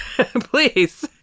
please